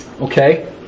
Okay